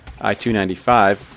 I-295